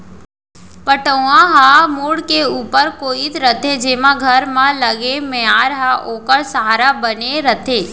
पटउहां ह मुंड़ के ऊपर कोइत रथे जेमा घर म लगे मियार ह ओखर सहारा बने रथे